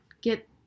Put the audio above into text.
get